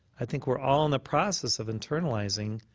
i think we're all in the process of internalizing